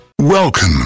Welcome